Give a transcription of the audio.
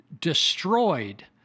destroyed